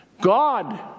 God